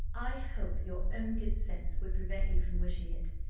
i hope your own good sense would prevent you from wishing it,